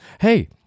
Hey